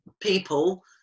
people